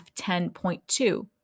F10.2